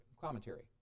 commentary